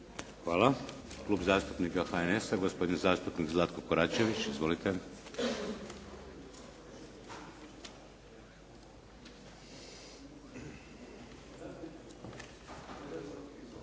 Hvala. Klub zastupnika IDS-a, gospodin zastupnik Damir Kajin. Izvolite.